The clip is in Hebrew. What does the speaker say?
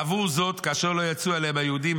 בעבור זאת כאשר לא יצאו אליהם היהודים,